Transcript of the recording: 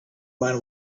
mind